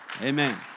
Amen